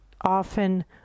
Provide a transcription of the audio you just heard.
Often